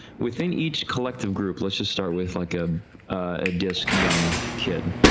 within each collective group, let's just start with like ah a disk young kid,